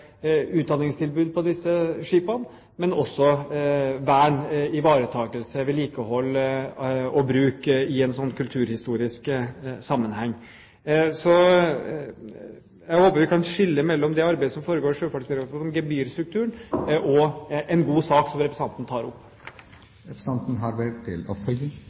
utdanningstilbud på disse skipene og også vern, ivaretakelse, vedlikehold og bruk i en kulturhistorisk sammenheng. Så jeg håper vi kan skille mellom det arbeidet som foregår i Sjøfartsdirektoratet om gebyrstrukturen, og en god sak som representanten tar opp.